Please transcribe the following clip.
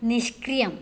निष्क्रियम्